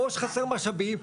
או שחסרים משאבים,